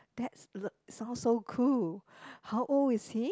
that's l~ sounds so cool how old is he